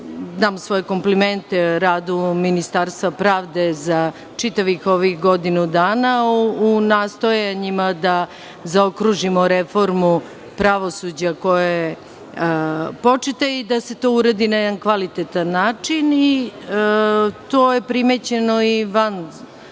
dam svoje komplimente radu ovog ministarstva pravde za čitavih ovih godinu dana, u nastojanjima da zaokružimo reformu pravosuđa koja je početa i da se to uradi na jedan kvalitetan način. To je primećeno i van